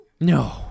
no